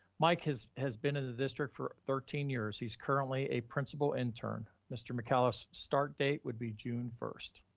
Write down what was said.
mike has, has been in the district for thirteen years. he's currently a principal intern. mr. mccullough's start date would be june first.